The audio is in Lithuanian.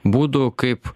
būdų kaip